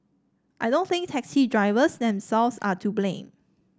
I don't think taxi drivers themselves are to blame